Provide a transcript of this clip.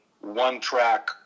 one-track